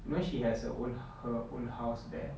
you know she has her own her own house there